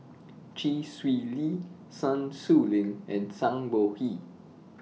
Chee Swee Lee Sun Xueling and Zhang Bohe